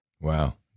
Wow